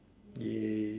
!yay!